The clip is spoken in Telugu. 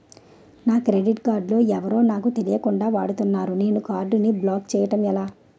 నా క్రెడిట్ కార్డ్ ఎవరో నాకు తెలియకుండా వాడుకున్నారు నేను నా కార్డ్ ని బ్లాక్ చేయడం ఎలా?